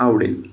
आवडेल